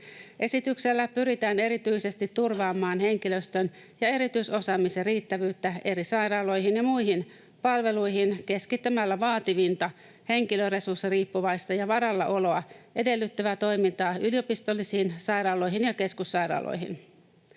Esityksellä pyritään erityisesti turvaamaan henkilöstön ja erityisosaamisen riittävyyttä eri sairaaloihin ja muihin palveluihin keskittämällä vaativinta, henkilöresurssiriippuvaista ja varallaoloa edellyttävää toimintaa yliopistollisiin sairaaloihin ja keskussairaaloihin.